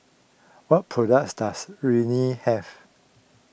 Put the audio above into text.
what products does Rene have